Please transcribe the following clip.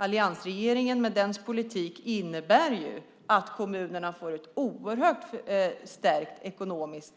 Alliansregeringens politik innebär att kommunerna får ett oerhört stärkt ekonomiskt